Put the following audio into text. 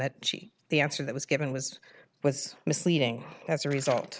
she the answer that was given was was misleading as a result